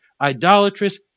idolatrous